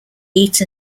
eat